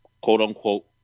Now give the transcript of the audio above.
quote-unquote